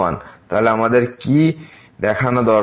তাহলে আমাদের কি দেখানো দরকার